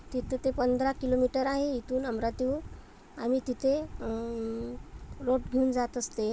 तिथं ते पंधरा किलोमीटर आहे इथून अमरावतीहून आम्ही तिथे रोट घेऊन जात असते